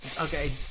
okay